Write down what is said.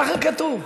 ככה כתוב.